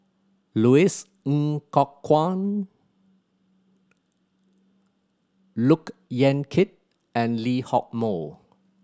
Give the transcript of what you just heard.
Louis Ng Kok Kwang Look Yan Kit and Lee Hock Moh